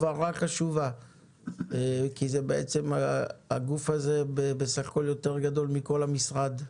הבהרה חשובה כי בעצם הגוף הזה גדול יותר מכל המשרד,